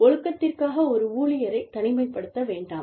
ஒழுக்கத்திற்காக ஒரு ஊழியரைத் தனிமைப்படுத்த வேண்டாம்